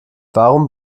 warum